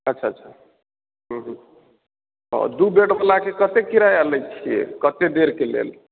अच्छा अच्छा हुँ हुँ दू बेडबलाके कतेक किराया लै छियै कतेक देरके लेल